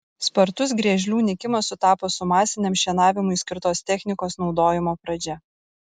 spartus griežlių nykimas sutapo su masiniam šienavimui skirtos technikos naudojimo pradžia